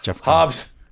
Hobbs